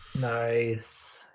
Nice